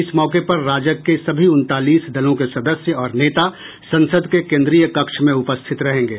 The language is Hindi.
इस मौके पर राजग के सभी उनतालीस दलों के सदस्य और नेता संसद के केंद्रीय कक्ष में उपस्थित रहेंगे